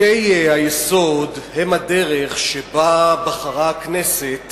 חוקי-היסוד הם הדרך שבה בחרה הכנסת